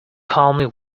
calmly